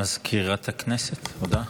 סגנית מזכיר הכנסת, הודעה.